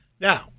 Now